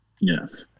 Yes